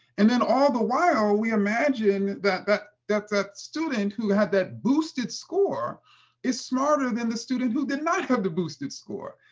and then all the while, we imagine that that that student who had that boosted score is smarter than the student who did not have the boosted score.